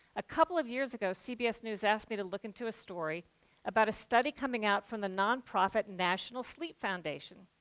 a couple of years ago, cbs news asked me to look into a story about a study coming out from the non-profit national sleep foundation.